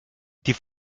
die